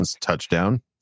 touchdown